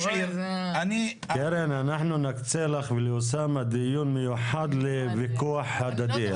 אנחנו נקצה לך ולאוסאמה דיון מיוחד לוויכוח הדדי.